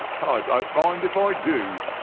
ah i don't mind if i do,